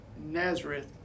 Nazareth